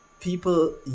People